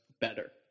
better